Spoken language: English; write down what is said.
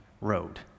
road